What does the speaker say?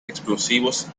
explosivos